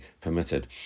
permitted